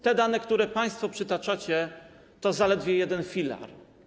Te dane, które państwo przytaczacie, to zaledwie jeden filar.